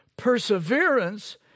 perseverance